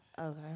Okay